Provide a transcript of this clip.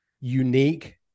unique